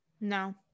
no